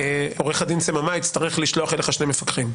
עורך הדין סממה יצטרך לשלוח אליך שני מפקחים,